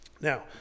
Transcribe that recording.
Now